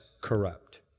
corrupt